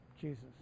Jesus